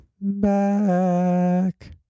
back